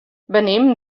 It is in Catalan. venim